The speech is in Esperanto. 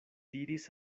diris